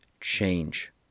change